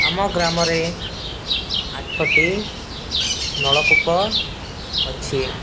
ଆମ ଗ୍ରାମରେ ଆଠଟି ନଳକୂପ ଅଛି